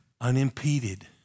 unimpeded